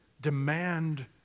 demand